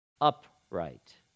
upright